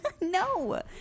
No